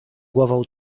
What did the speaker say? głową